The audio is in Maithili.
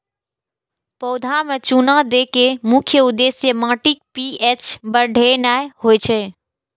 पौधा मे चूना दै के मुख्य उद्देश्य माटिक पी.एच बढ़ेनाय होइ छै